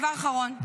דבר אחרון.